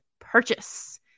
purchase